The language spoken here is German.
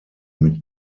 mit